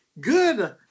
good